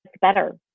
better